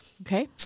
Okay